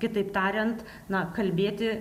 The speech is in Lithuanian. kitaip tariant na kalbėti